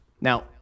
Now